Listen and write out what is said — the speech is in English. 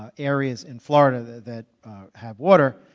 ah areas in florida that have water.